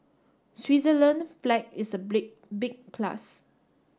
Switzerland flag is a big plus